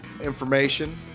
information